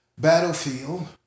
battlefield